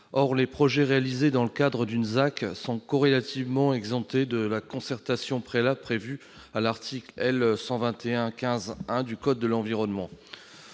Or les projets réalisés dans le cadre d'une ZAC sont corrélativement exemptés de la concertation préalable prévue à l'article L. 121-15-1 du code de l'environnement.